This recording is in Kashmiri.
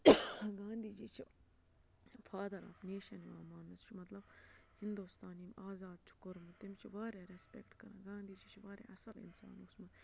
گاندھی جی چھُ فادر آف نیشَن یِوان ماننہٕ سُہ چھُ مطلب ہِنٛدُستان ییٚمۍ آزاد چھُ کوٚرمُت تٔمِس چھِ واریاہ رٮ۪سپٮ۪کٹ کَران گاندھی جی چھُ واریاہ اصٕل اِنسان اوسمُت